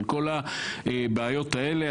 כל הבעיות האלו,